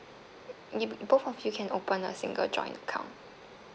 you both of you can open a single joint account